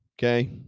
Okay